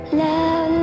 Love